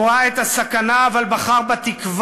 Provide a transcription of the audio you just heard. הוא ראה את הסכנה, אבל בחר בתקווה.